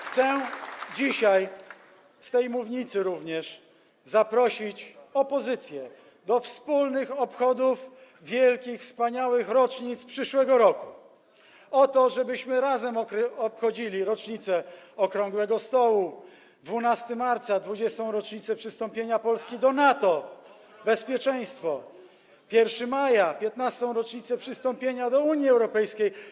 Chcę dzisiaj z tej mównicy również zaprosić opozycję do wspólnych obchodów wielkich, wspaniałych rocznic w przyszłym roku, do tego, żebyśmy razem obchodzili rocznicę okrągłego stołu, 12 marca - 20. rocznicę przystąpienia Polski do NATO, bezpieczeństwo, 1 maja - 15. rocznicę przystąpienia do Unii Europejskiej.